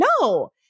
no